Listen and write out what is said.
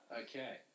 Okay